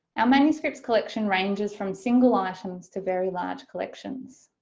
our manuscripts collection ranges from single items to very large collections.